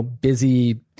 busy